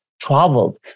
traveled